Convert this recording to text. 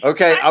Okay